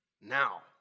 now